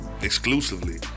exclusively